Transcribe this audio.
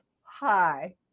Hi